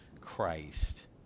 Christ